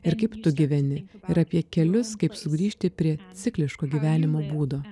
ir kaip tu gyveni ir apie kelius kaip sugrįžti prie cikliško gyvenimo būdo